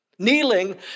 Kneeling